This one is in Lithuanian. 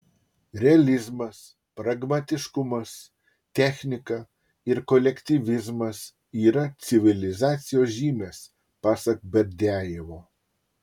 realizmas pragmatiškumas technika ir kolektyvizmas yra civilizacijos žymės pasak berdiajevo